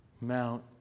Mount